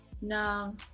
no